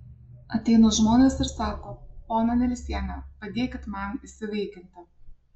ateina žmonės ir sako ponia nelsiene padėkit man įsivaikinti